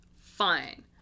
Fine